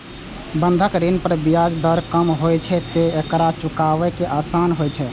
बंधक ऋण पर ब्याज दर कम होइ छैं, तें एकरा चुकायब आसान होइ छै